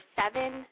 seven